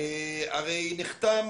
הרי נחתם